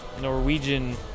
Norwegian